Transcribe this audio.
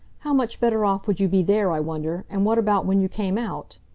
how much better off would you be there, i wonder, and what about when you came out?